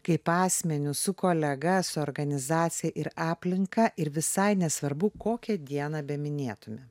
kaip asmeniu su kolega su organizacija ir aplinka ir visai nesvarbu kokią dieną beminėtume